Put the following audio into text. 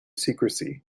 secrecy